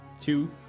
two